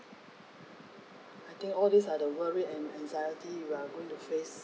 I think all these are the worried and anxiety you're going to face